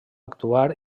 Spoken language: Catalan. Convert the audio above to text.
actuar